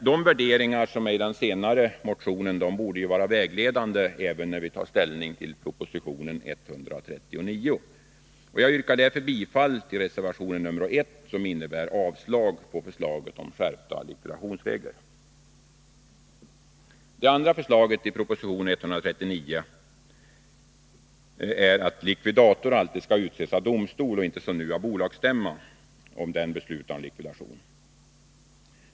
Dessa värderingar bör vara vägledande även när vi tar ställning till proposition 139. Jag yrkar därför bifall till reservation nr 1, som innebär avslag på förslaget om skärpta likvidationsregler. Det andra förslageti proposition 139 innebär att likvidator alltid skall utses av domstol och inte som nu av bolagsstämman då den beslutar om likvidation.